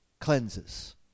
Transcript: cleanses